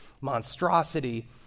monstrosity